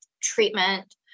treatment